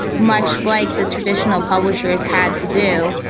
much like the traditional publishers had to do.